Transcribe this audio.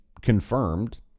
Confirmed